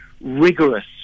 rigorous